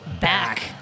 back